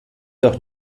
doch